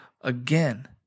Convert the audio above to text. again